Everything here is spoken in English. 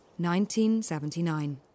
1979